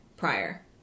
Prior